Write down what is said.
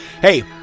hey